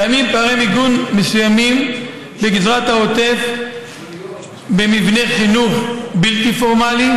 קיימים פערי מיגון מסוימים בגזרת העוטף במבני חינוך בלתי פורמליים,